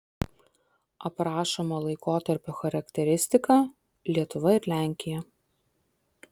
aprašomo laikotarpio charakteristika lietuva ir lenkija